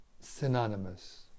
synonymous